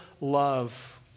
love